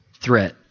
threat